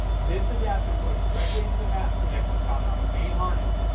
this adapter plugs directly into the map connection found on the main harness.